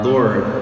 Lord